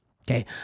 okay